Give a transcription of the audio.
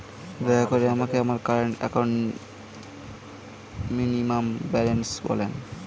দয়া করে আমাকে আমার কারেন্ট অ্যাকাউন্ট মিনিমাম ব্যালান্সটা বলেন